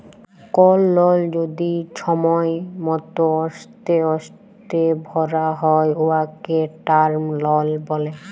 call লল যদি ছময় মত অস্তে অস্তে ভ্যরা হ্যয় উয়াকে টার্ম লল ব্যলে